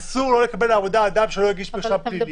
אסור לא לקבל לעבודה אדם שלא הגיש מרשם פלילי.